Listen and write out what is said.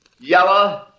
yellow